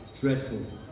dreadful